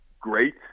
great